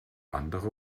andere